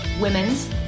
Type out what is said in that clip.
women's